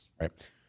right